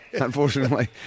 unfortunately